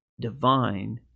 divine